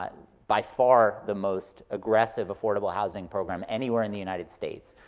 by far the most aggressive affordable housing program anywhere in the united states,